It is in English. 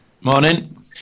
Morning